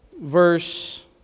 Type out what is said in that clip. verse